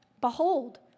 Behold